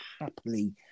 happily